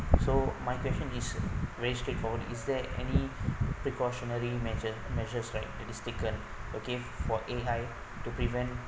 so my question is very straightforward is there any precautionary measures measures right is taken okay for A_I to prevent